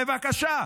בבקשה.